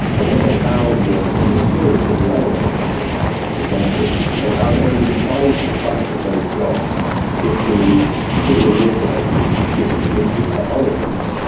and what they found was in the spirit of the elevator operator example, they found only five percent that those jobs could be fully automated given existing technologies.